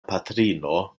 patrino